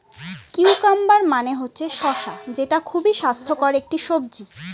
cucumber মানে হচ্ছে শসা যেটা খুবই স্বাস্থ্যকর একটি সবজি